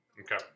Okay